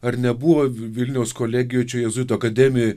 ar nebuvo vilniaus kolegijoj čia jėzuitų akademijoj